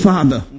Father